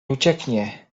ucieknie